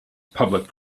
public